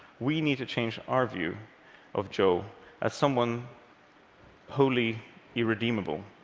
we need to change our view of joe as someone wholly irredeemable,